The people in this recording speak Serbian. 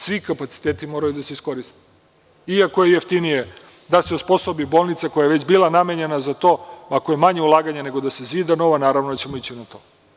Svi kapaciteti moraju da se iskoriste, iako je jeftinije da se osposobi bolnica koja je već bila namenjena za to, ako je manje ulaganja nego da se zida nova, naravno da ćemo ići na to.